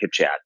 HipChat